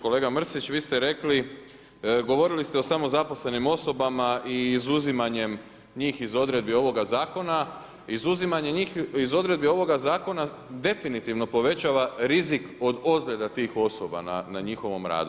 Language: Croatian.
Kolega Mrsić, vi ste rekli, govorili ste o samozaposlenim osobama i izuzimanjem njih iz odredbi ovog zakona, izuzimanje njih iz odredbi ovog zakona definitivno povećava rizik od ozljeda tih osoba na njihovom radu.